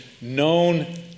known